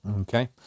Okay